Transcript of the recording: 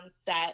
set